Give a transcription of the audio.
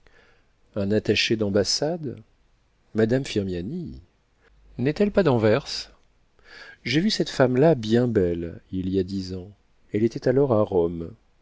un attaché d'ambassade madame firmiani n'est-elle pas d'anvers j'ai vu cette femme-là bien belle il y a dix ans elle était alors à rome